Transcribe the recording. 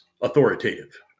authoritative